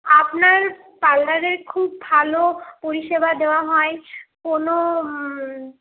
আপনার পার্লারের খুব ভালো পরিষেবা দেওয়া হয় কোনো